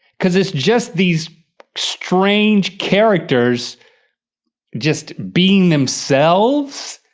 because it's just these strange characters just being themselves.